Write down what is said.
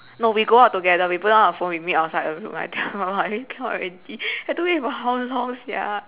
no we go out together we put down our phone we meet outside the room I tell you I really cannot already have to wait for how long sia